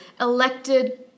elected